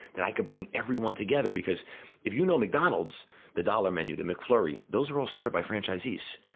that i could bring everyone together. because if you know, mcdonald's the dollar menu the mcflurry, those are all started by franchisees.